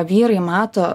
vyrai mato